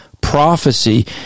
prophecy